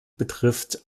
betrifft